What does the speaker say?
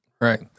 Right